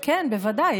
כן, בוודאי.